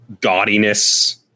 gaudiness